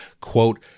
quote